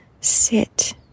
sit